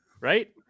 Right